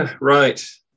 Right